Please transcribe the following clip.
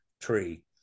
tree